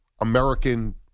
American